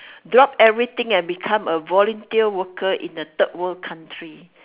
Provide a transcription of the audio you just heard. drop everything and become a volunteer worker in a third world country